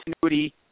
continuity